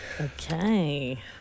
Okay